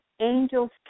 angels